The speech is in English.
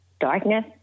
darkness